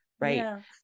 right